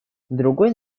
другой